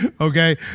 Okay